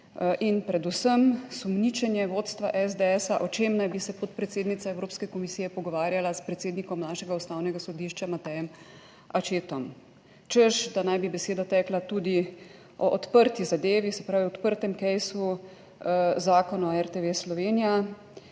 in predvsem sumničenje vodstva SDS o čem naj bi se podpredsednica evropske komisije pogovarjala s predsednikom našega Ustavnega sodišča Matejem Ačetom, češ da naj bi beseda tekla tudi o odprti zadevi, se pravi o odprtem »case-u« Zakon o RTV Slovenija.